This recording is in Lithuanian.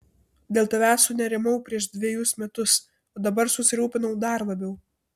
dėl tavęs sunerimau prieš dvejus metus o dabar susirūpinau dar labiau